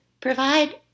provide